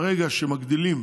ברגע שמגדילים